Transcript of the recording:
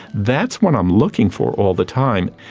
that's what i'm looking for all the time.